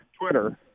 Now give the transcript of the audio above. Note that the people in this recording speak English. Twitter –